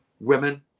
women